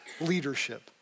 leadership